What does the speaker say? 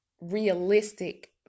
realistic